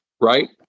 right